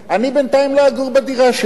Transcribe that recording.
אני בינתיים לא אגור בדירה שלי.